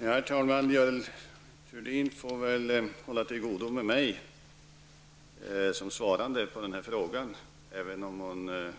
Herr talman! Görel Thurdin får väl hålla till godo med mig som svarande på denna fråga, även om hon